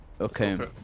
Okay